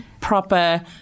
proper